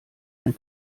ein